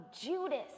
Judas